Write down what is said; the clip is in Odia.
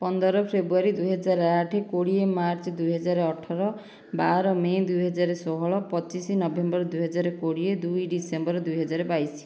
ପନ୍ଦର ଫେବୃଆରୀ ଦୁଇହଜାର ଆଠ କୋଡ଼ିଏ ମାର୍ଚ୍ଚ ଦୁଇହଜାର ଅଠର ବାର ମେ' ଦୁଇହଜାର ଷୋହଳ ପଚିଶ ନଭେମ୍ବର ଦୁଇହଜାର କୋଡ଼ିଏ ଦୁଇ ଡିସେମ୍ବର ଦୁଇହଜାର ବାଇଶ